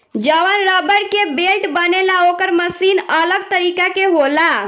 जवन रबड़ के बेल्ट बनेला ओकर मशीन अलग तरीका के होला